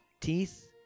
Teeth